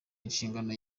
inshingano